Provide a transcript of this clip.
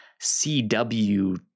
CW